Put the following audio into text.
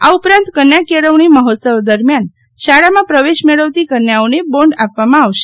આ ઉપરાંત કન્યા કેળવણી મહોત્સવ દરમ્યાન શાળાને પ્રવેશ મેળવતી કન્યાઓને બોન્ડ આપવામાં આવશે